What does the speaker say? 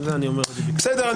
בסדר,